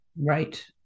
right